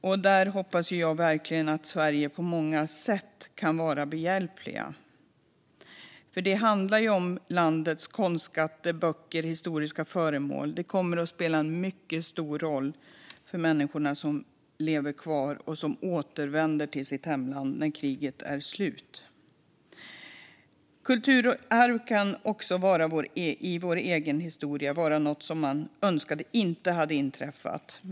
Jag hoppas verkligen att Sverige kan vara behjälpligt på många sätt. Det handlar om landets konstskatter, böcker och historiska föremål. De kommer att spela en mycket stor roll för de människor som lever kvar och för dem som återvänder till sitt hemland när kriget är slut. Kulturarv i vår egen historia kan också vara något man önskar inte hade inträffat.